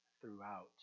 throughout